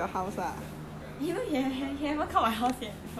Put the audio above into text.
you know he have~ haven't come my house yet